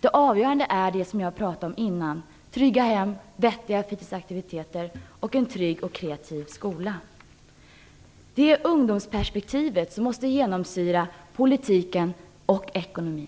Det avgörande är, som jag nyss sagt, trygga hem, vettiga fritidsaktiviteter och en trygg och kreativ skola. Ungdomsperspektivet måste genomsyra politik och ekonomi.